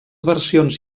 versions